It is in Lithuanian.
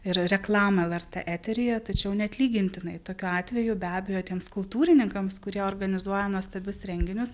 ir reklamą lrt eteryje tačiau neatlygintinai tokiu atveju be abejo tiems kultūrininkams kurie organizuoja nuostabius renginius